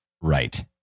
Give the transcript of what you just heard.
Right